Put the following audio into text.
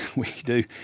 we do,